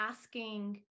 asking